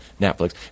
Netflix